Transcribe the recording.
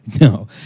No